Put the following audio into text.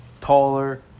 taller